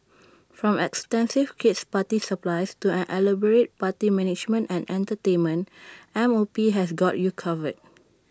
from extensive kid's party supplies to an elaborate party management and entertainment M O P has got you covered